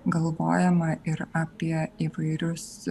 galvojama ir apie įvairius